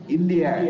India